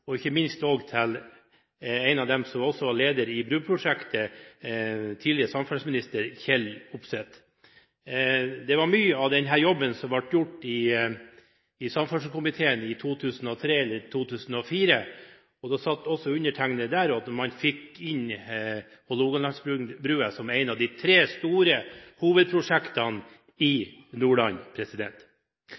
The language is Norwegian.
og ikke minst også mot en av dem som også var leder i broprosjektet, tidligere samferdselsminister Kjell Opseth. Mye av denne jobben ble gjort i samferdselskomiteen i 2003 eller i 2004 – da satt også undertegnede der – da man fikk inn Hålogalandsbrua som et av de tre store hovedprosjektene i Nordland.